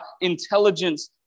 intelligence